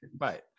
right